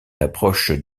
approche